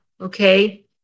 okay